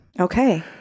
Okay